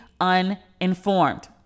uninformed